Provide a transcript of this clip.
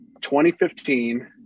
2015